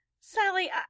Sally